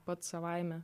pats savaime